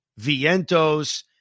Vientos